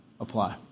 Apply